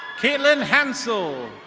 kaitlin hansel.